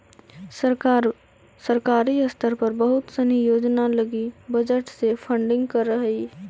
सरकार सरकारी स्तर पर बहुत सनी योजना लगी बजट से फंडिंग करऽ हई